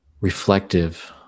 reflective